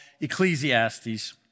Ecclesiastes